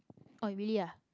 oh really ah